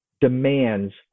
demands